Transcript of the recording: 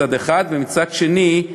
מצד אחד, ומצד שני,